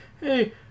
Hey